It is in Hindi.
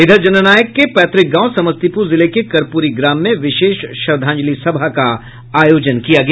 इधर जननायक के पैतुक गांव समस्तीपुर जिले के कर्प्ररी ग्राम में विशेष श्रद्धांजलि सभा का आयोजन किया गया